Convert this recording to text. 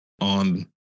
on